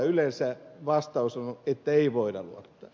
yleensä vastaus on että ei voida luottaa